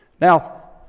Now